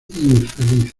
infeliz